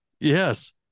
Yes